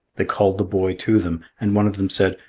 they called the boy to them, and one of them said,